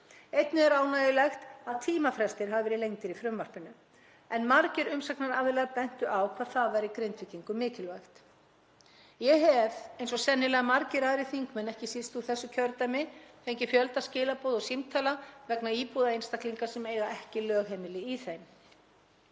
Einnig er ánægjulegt að tímafrestir í frumvarpinu hafi verið lengdir en margir umsagnaraðilar bentu á hvað það væri Grindvíkingum mikilvægt. Ég hef, eins og sennilega margir aðrir þingmenn, ekki síst úr þessu kjördæmi, fengið fjölda skilaboða og símtala vegna íbúða einstaklinga sem eiga ekki lögheimili í þeim.